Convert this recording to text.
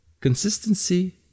Consistency